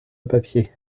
papier